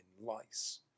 lice